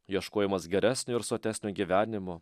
ieškojimas geresnio ir sotesnio gyvenimo